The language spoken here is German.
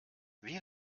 wie